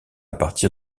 partir